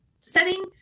setting